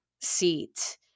seat